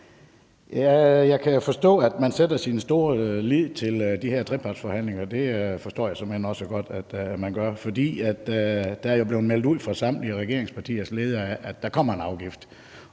Jeg kan forstå, at man sætter sin store lid til de her trepartsforhandlinger. Det forstår jeg såmænd også godt at man gør, for der er jo blevet meldt ud fra samtlige regeringspartiers ledere, at der kommer en afgift.